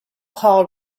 paul